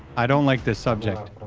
i don't like this subject.